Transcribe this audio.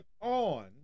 on